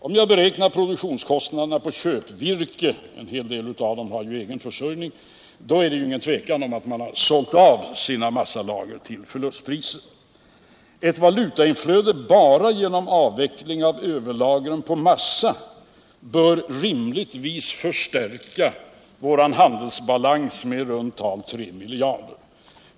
Om jag beräknar produktionskostnaderna på köpvirke — en del företag har ju egen försörjning — råder inga tvivel om att man sålde sina massalager till förlustpriser. Ett valutainflöde bara genom avveckling av överlagren på massa bör rimligtvis förstärka vår handelsbalans med ca 3 miljarder.